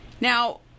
Now